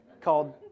called